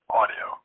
audio